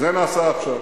זה נעשה עכשיו.